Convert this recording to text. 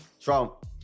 Trump